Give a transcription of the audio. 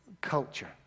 culture